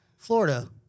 Florida